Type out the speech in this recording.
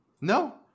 No